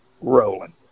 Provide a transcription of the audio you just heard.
rolling